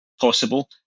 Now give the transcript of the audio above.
possible